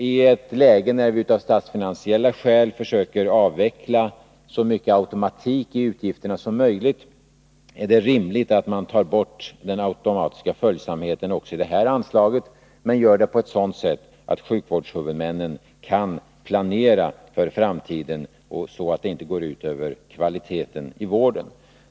I ett läge när vi av statsfinansiella skäl försöker avveckla så mycket som möjligt av automatiken i utgifterna, är det rimligt att ta bort automatisk följsamhet också vad gäller detta anslag — men på ett sådant sätt att sjukvårdshuvudmännen kan planera för framtiden och så att det inte går ut över kvaliteten i vården.